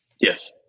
Yes